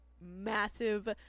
massive